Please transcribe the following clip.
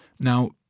Now